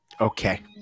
Okay